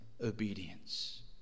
obedience